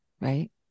Right